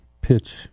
pitch